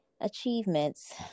achievements